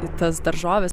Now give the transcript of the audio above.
į tas daržoves